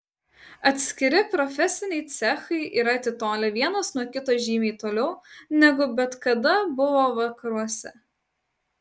atskiri profesiniai cechai yra atitolę vienas nuo kito žymiai toliau negu bet kada buvo vakaruose